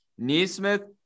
Neesmith